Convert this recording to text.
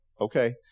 Okay